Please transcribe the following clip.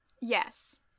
Yes